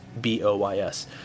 B-O-Y-S